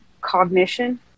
cognition